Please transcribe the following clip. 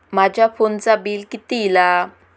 माझ्या फोनचा बिल किती इला?